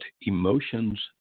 emotions